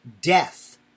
death